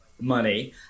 money